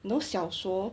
you know 小说